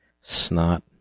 Snot